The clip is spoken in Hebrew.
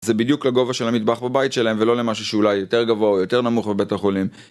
זה בדיוק לגובה של המטבח בבית שלהם ולא למשהו שאולי יותר גבוה או יותר נמוך בבית החולים.